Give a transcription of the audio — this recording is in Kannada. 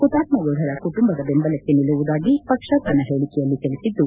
ಹುತಾತ್ಮ ಯೋಧರ ಕುಟುಂಬದ ಬೆಂಬಲಕ್ಕೆ ನಿಲ್ಲುವುದಾಗಿ ಪಕ್ಷ ತನ್ನ ಹೇಳಿಕೆಯಲ್ಲಿ ತಿಳಿಸಿದ್ದು